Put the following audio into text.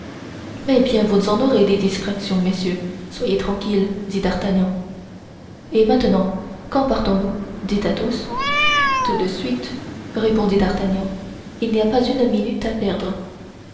eh bien vous en aurez des distractions messieurs soyez tranquilles dit d'artagnan et maintenant quand partons-nous dit athos tout de suite répondit d'artagnan il n'y a pas une minute à perdre